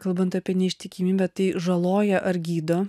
kalbant apie neištikimybę tai žaloja ar gydo